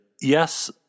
yes